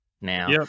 now